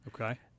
Okay